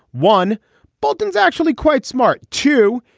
one bolton is actually quite smart too.